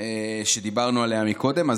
שדיברנו עליה מקודם.